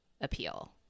appeal